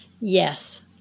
Yes